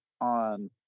on